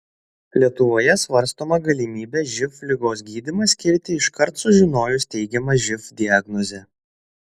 lietuvoje svarstoma galimybė živ ligos gydymą skirti iškart sužinojus teigiamą živ diagnozę